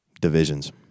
divisions